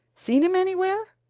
seen him anywhere?